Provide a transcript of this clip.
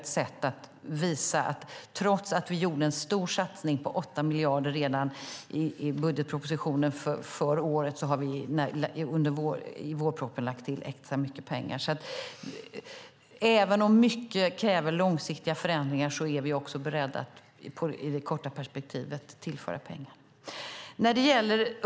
Trots att vi gjorde en stor satsning på 8 miljarder redan i budgetpropositionen för året har vi i vårpropositionen lagt till extra mycket pengar. Även om mycket kräver långsiktiga förändringar är vi också beredda att tillföra pengar i det korta perspektivet.